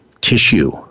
tissue